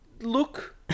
look